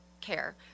care